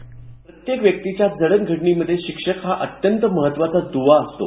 script प्रत्येक व्यक्तीच्या जडणघडणीमध्ये शिक्षक हा अत्यंत महत्त्वाचा द्वा असतो